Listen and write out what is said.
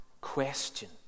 question